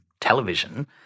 television